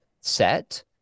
set